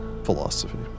Philosophy